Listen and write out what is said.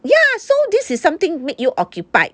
ya so this is something make you occupied